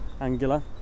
angular